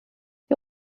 die